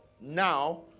now